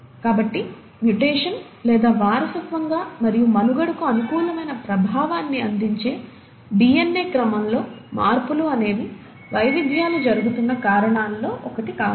కాబట్టి మ్యుటేషన్ లేదా వారసత్వంగా మరియు మనుగడకు అనుకూలమైన ప్రభావాన్ని అందించే డిఎన్ఏ క్రమంలో మార్పులు అనేవి వైవిధ్యాలు జరుగుతున్న కారణాలలో ఒకటి కావచ్చు